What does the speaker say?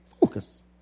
Focus